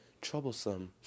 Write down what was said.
troublesome